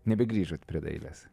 nebegrįžot prie dailės